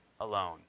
alone